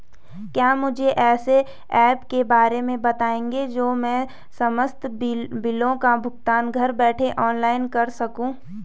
क्या मुझे ऐसे ऐप के बारे में बताएँगे जो मैं समस्त बिलों का भुगतान घर बैठे ऑनलाइन कर सकूँ?